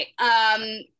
Right